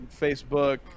Facebook